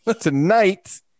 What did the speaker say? tonight